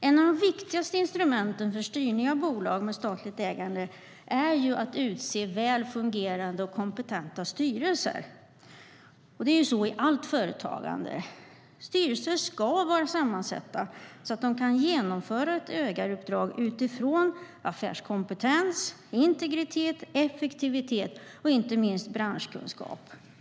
Ett av de viktigaste instrumenten för styrning av bolag med statligt ägande är att utse väl fungerande och kompetenta styrelser. Så är det i allt företagande. Styrelser ska vara sammansatta på ett sådant sätt att de kan utföra ett ägaruppdrag utifrån affärskompetens, integritet, effektivitet och inte minst branschkunskap.